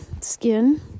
skin